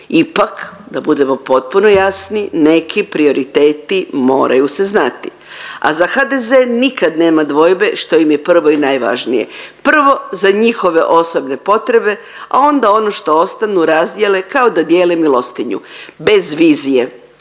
Ipak da budemo potpuno jasni neki prioriteti moraju se znati, a za HDZ nikad nema dvojbe što im je prvo i najvažnije. Prvo za njihove osobne potrebe, a onda ono što ostanu razdjele kao da dijele milostinju bez vizije,